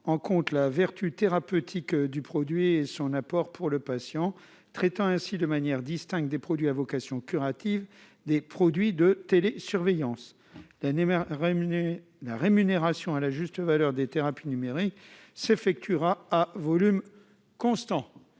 en compte la vertu thérapeutique du produit et son apport pour le patient, traitant ainsi de manière distincte les produits à vocation curative et les produits de télésurveillance. La rémunération à leur juste valeur des thérapies numériques s'effectuera à volume constant,